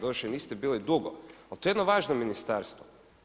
Doduše niste bili dugo, ali to je jedno važno ministarstvo.